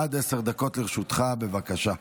עד עשר דקות לרשותך, בבקשה.